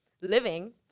living